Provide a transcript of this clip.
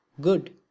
good